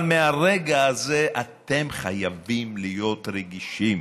אבל מהרגע הזה אתם חייבים להיות רגישים.